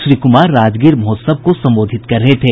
श्री कुमार राजगीर महोत्सव को संबोधित कर रहे थे